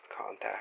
contact